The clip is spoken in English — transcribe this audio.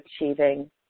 achieving